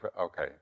Okay